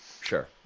Sure